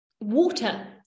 Water